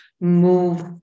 move